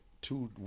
two